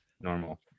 normal